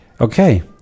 Okay